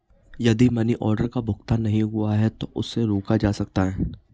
यदि money order का भुगतान नहीं हुआ है तो उसे रोका जा सकता है